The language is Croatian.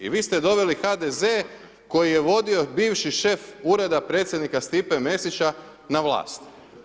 I vi ste doveli HDZ koji je vodio bivši šef Ureda predsjednika Stipe Mesića na vlast.